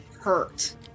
hurt